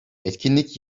etkinlik